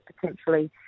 potentially